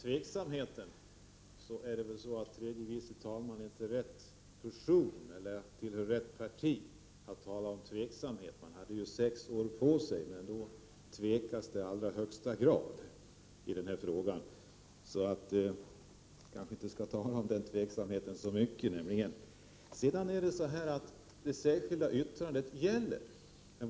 Herr talman! Först något om det här med tveksamheten. Tredje vice talmannen är inte rätta personen eller tillhör inte det rätta partiet när det gäller att tala om tveksamhet. Under de sex år som ni hade på er tvekades det i allra högsta grad i den här frågan. Vi skall alltså kanske inte tala så mycket om den saken.